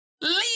Leave